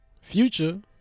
future